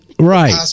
right